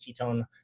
ketone